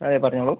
അതെ പറഞ്ഞോളു